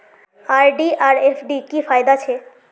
RD आर FD की फ़ायदा छे?